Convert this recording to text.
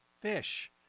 fish